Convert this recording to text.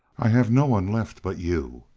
i have no one left but you,